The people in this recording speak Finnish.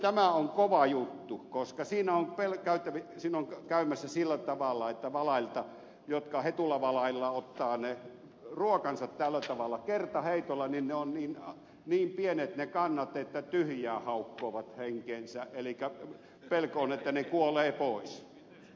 tämä on kova juttu koska siinä on käymässä sillä tavalla että kun valaskanta esimerkiksi hetulavalaat ottaa ruokansa tällä tavalla kertaheitolla niin ne ovat niin pienet ne kannat että tyhjää haukkovat henkeensä elikkä pelko on että ne kuolevat pois